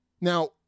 Now